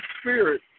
spirit